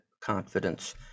confidence